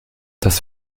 das